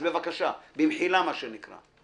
אז בבקשה, במחילה מה שנקרא.